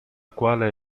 quale